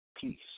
peace